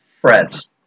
friends